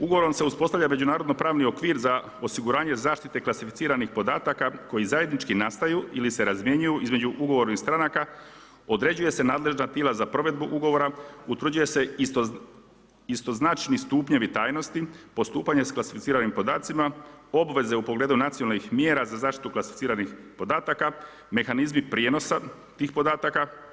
Ugovorom se uspostavlja međunarodno-pravni okvir za osiguranje zaštite klasificiranih podataka koji zajednički nastaju ili se razmjenjuju između ugovornih stranaka, određuju se nadležna tijela za provedbu ugovora, utvrđuje se istoznačni stupnjevi tajnosti, postupanje sa klasificiranim podacima, obveze u pogledu nacionalnih mjera za zaštitu klasificiranih podataka, mehanizmi prijenosa tih podataka.